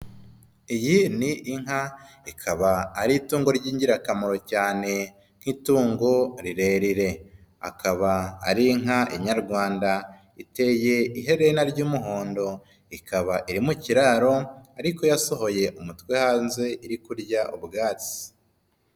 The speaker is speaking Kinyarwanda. Iyi ni inka ikaba ari itungo ry'ingirakamaro cyane nk'itungo rirerire. Akaba ari inka nyarwanda iteye iherena ry'umuhondo, ikaba iri mu kiraro ariko yasohoye umutwe hanze iri kurya ubwatsi.